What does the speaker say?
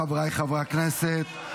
חבריי חברי הכנסת,